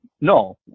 no